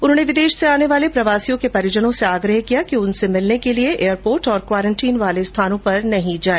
उन्होंने विदेशों से आने वाले प्रवासियों के परिजनों से आग्रह किया है कि उनसे मिलने एयरपोर्ट और क्वारेंटीन वाले स्थानों पर नहीं जाए